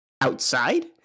outside